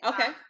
Okay